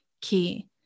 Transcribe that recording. key